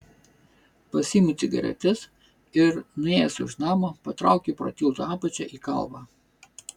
pasiimu cigaretes ir nuėjęs už namo patraukiu pro tilto apačią į kalvą